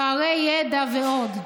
פערי ידע ועוד.